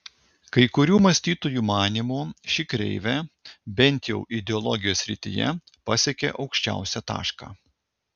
kai kurių mąstytojų manymu ši kreivė bent jau ideologijos srityje pasiekė aukščiausią tašką